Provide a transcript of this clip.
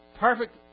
Perfect